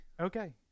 Okay